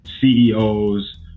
CEOs